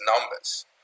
numbers